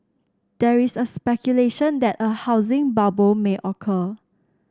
there is a speculation that a housing bubble may occur